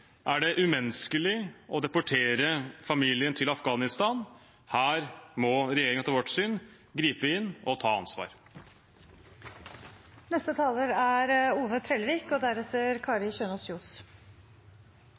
er det umenneskelig å deportere familien til Afghanistan. Her må regjeringen, etter vårt syn, gripe inn og ta ansvar. I Høgre meiner me at me treng ein føreseieleg politikk på innvandrings- og